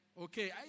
Okay